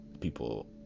people